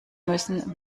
müssen